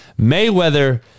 Mayweather